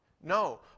No